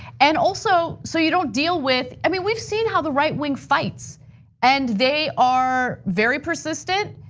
and also so you don't deal with, i mean, we've seen how the right-wing fights and they are very persistent.